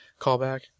callback